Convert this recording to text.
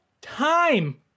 time